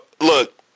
Look